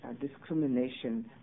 discrimination